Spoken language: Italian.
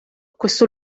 questo